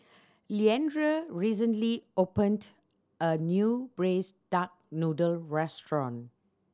Leandra recently opened a new Braised Duck Noodle restaurant